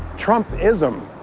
trumpism,